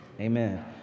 Amen